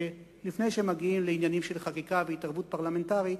לפני שמגיעים לעניינים של חקיקה והתערבות פרלמנטרית,